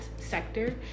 sector